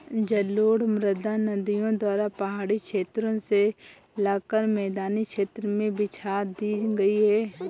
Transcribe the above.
जलोढ़ मृदा नदियों द्वारा पहाड़ी क्षेत्रो से लाकर मैदानी क्षेत्र में बिछा दी गयी है